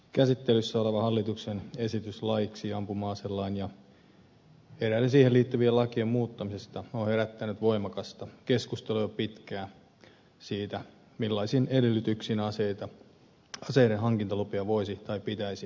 käsittelyssä oleva hallituksen esitys laiksi ampuma aselain ja eräiden siihen liittyvien lakien muuttamisesta on herättänyt voimakasta keskustelua jo pitkään siitä millaisin edellytyksin aseidenhankintalupia voisi tai pitäisi myöntää